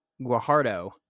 Guajardo